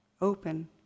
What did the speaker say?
open